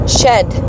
shed